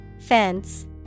Fence